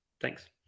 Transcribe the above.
Thanks